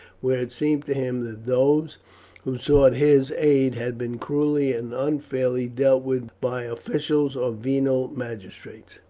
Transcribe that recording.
where it seemed to him that those who sought his aid had been cruelly and unfairly dealt with by officials or venal magistrates.